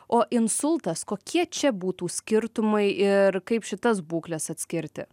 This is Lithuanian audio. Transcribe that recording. o insultas kokie čia būtų skirtumai ir kaip šitas būkles atskirti